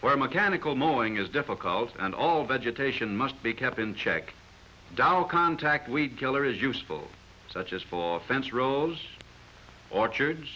where mechanical knowing is difficult and all vegetation must be kept in check down contact weed killer is useful such as for fence rows orchards